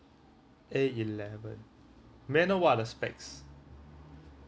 A eleven may I know what are the specs